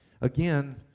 Again